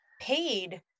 paid